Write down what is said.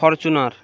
Fortuner